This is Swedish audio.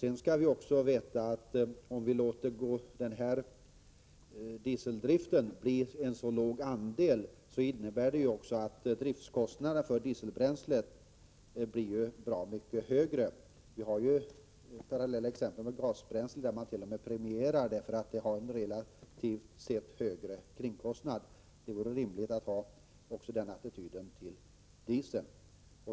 Sedan skall man också veta, att om vi låter andelen dieseldrivna fordon bli alltför låg, kommer kostnaderna för framställning av dieselbränslet att bli bra mycket högre. Ett parallellt exempel är ju gasbränsle, vilket man t.o.m. subventionerar, därför att detta har en relativt sett högre kringkostnad. Det vore rimligt att ha denna attityd också till dieseln.